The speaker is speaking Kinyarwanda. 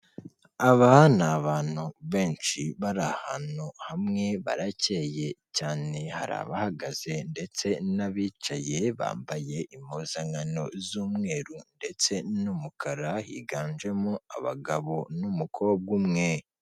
Aba ni abantu benshi bari ahantu hamwe baracyeye cyane, hari abahagaze ndetse n'abicaye, bambaye impuzankano z'umweru ndetse n'umukara, higanjemo abagabo n'umukobwa umwe.